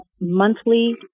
monthly